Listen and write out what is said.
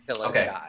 Okay